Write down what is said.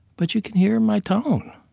but you can hear my tone,